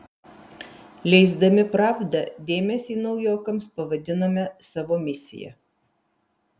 leisdami pravdą dėmesį naujokams pavadinome savo misija